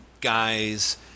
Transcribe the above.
guys